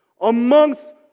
Amongst